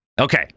Okay